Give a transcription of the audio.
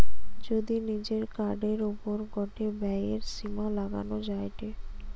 যদি নিজের কার্ডের ওপর গটে ব্যয়ের সীমা লাগানো যায়টে